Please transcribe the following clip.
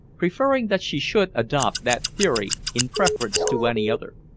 preferring that she should adopt that theory in preference to any other.